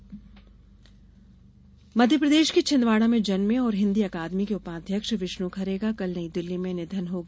विष्णु खरे मध्यप्रदेश के छिन्दवाड़ा में जन्में और हिन्दी अकादमी के उपाध्यक्ष विष्णु खरे का कल नईदिल्ली में निधन हो गया